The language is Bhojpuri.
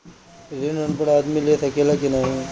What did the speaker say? ऋण अनपढ़ आदमी ले सके ला की नाहीं?